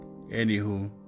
Anywho